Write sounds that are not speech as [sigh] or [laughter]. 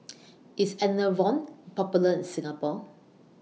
[noise] IS Enervon Popular in Singapore